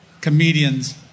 comedians